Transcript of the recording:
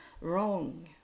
wrong